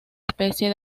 especie